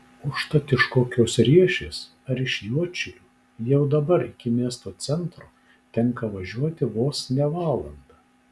užtat iš kokios riešės ar iš juodšilių jau dabar iki miesto centro tenka važiuoti vos ne valandą